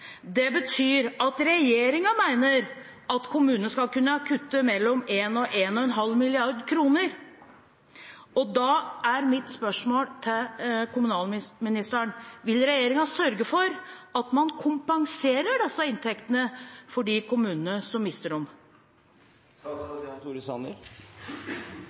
Det betyr at regjeringen mener at kommunene skal kunne kutte mellom 1 og 1,5 mrd. kr. Da er mitt spørsmål til kommunalministeren: Vil regjeringen sørge for at man kompenserer disse inntektene for de kommunene som mister